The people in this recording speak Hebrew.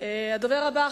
הדובר הבא,